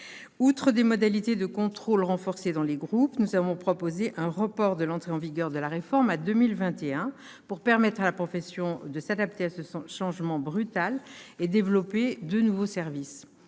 Outre des modalités de contrôle renforcées dans les groupes, nous avons proposé un report de l'entrée en vigueur de la réforme à 2021, pour permettre à la profession de s'adapter à ce changement brutal et de développer de nouveaux services.